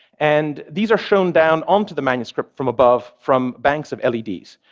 and these are shown down onto the manuscript from above from banks of leds,